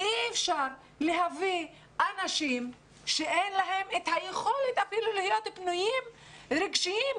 אי אפשר להביא אנשים שאין להם את היכולת אפילו להיות פנויים רגשית.